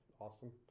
awesome